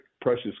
precious